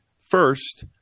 first